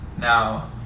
Now